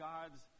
God's